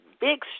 big